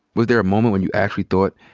was there a moment when you actually thought,